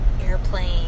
airplane